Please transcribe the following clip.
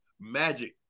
Magic